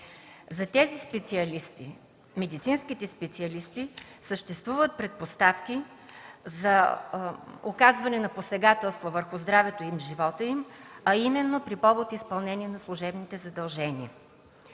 ангажименти. За медицинските специалисти съществуват предпоставки за оказване на посегателства върху здравето и живота им, а именно при повод изпълнение на служебните задължения.